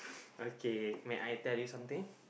okay may I tell you something